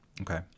okay